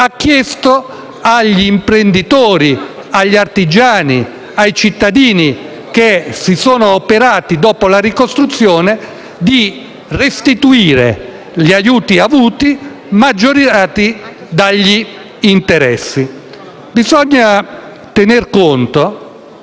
ha chiesto agli imprenditori, agli artigiani, ai cittadini che si sono adoperati durante la ricostruzione, di restituire gli sconti avuti, maggiorati dagli interessi. Bisogna poi tener conto